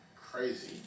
Crazy